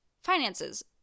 Finances